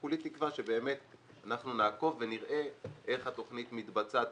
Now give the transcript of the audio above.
כולי תקווה שבאמת אנחנו נעקוב ונראה איך התכנית מתבצעת